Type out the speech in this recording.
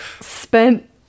spent